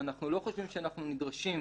אנחנו לא חושבים שאנחנו נדרשים